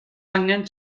angen